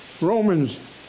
Romans